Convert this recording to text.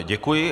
Děkuji.